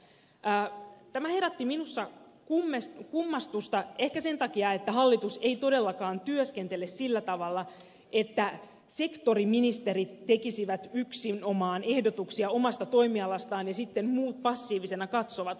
tämä herätti minussa kummastusta ehkä sen takia että hallitus ei todellakaan työskentele sillä tavalla että sektoriministerit tekisivät yksinomaan ehdotuksia omasta toimialastaan ja sitten muut passiivisina katsovat